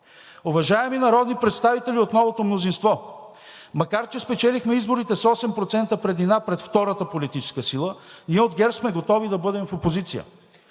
Уважаеми народни представители от новото мнозинство! Макар че спечелихме изборите с 8% преднина пред втората политическа сила, ние – от ГЕРБ, сме готови да бъдем в опозиция.